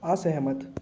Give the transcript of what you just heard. असहमत